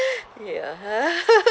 ya